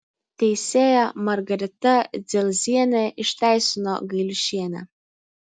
teisėja margarita dzelzienė išteisino gailiušienę